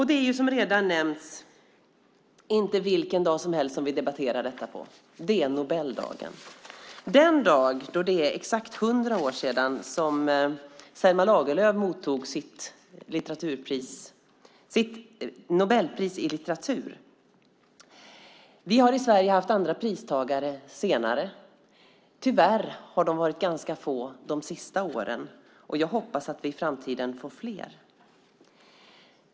Det är, som redan nämnts, inte vilken dag som helst vi debatterar detta. Det är Nobeldagen, den dag då det är exakt 100 år sedan Selma Lagerlöf mottog sitt Nobelpris i litteratur. Vi har i Sverige haft andra pristagare senare. Tyvärr har de varit ganska få de senaste åren, och jag hoppas att vi i framtiden får fler.